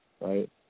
right